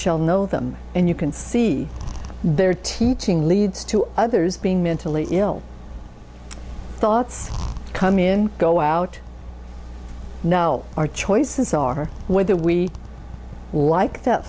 know them and you can see their teaching leads to others being mentally ill thoughts come in go out now our choices are whether we like that